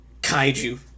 Kaiju